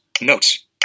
notes